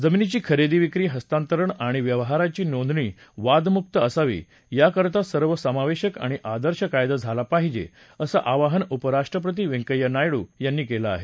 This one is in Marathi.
जमिनीची खरेदी विक्री हस्तांतरण आणि या व्यवहारांची नोंदणी वादमुक्त असावी याकरता सर्वसमावेशक आणि आदर्श कायदा झाला पाहिजे असं आवाहन उपराष्ट्रपती व्यंकय्या नायडू यांनी केलं आहे